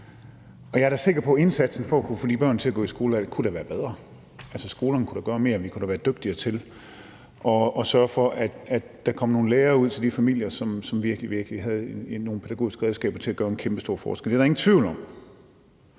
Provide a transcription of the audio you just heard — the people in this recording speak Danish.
Jeg er da sikker på, at indsatsen for at kunne få de børn til at kunne gå i skole da kunne være bedre. Altså, skolerne kunne da gøre mere, og vi kunne da være dygtigere til at sørge for, at der kom nogle lærere ud til de familier, som virkelig, virkelig havde nogle pædagogiske redskaber til at gøre en kæmpestor forskel. Det er der ingen tvivl om.